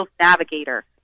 Navigator